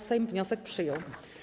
Sejm wniosek przyjął.